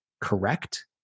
correct